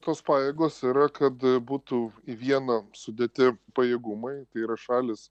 tos pajėgos yra kad būtų į vieną sudėtį pajėgumai tai yra šalys